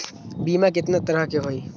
बीमा केतना तरह के होइ?